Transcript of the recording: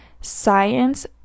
science